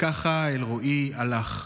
וכך אלרועי הלך,